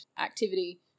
activity